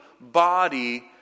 body